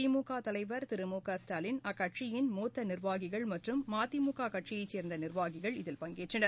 திமுகதலைவர் திரு மு க ஸ்டாலின் அக்கட்சியின் மூத்தநிர்வாகிகள் மற்றும் மதிமுககட்சியைச் சேர்ந்தநிர்வாகிகள் இதில் பங்கேற்றனர்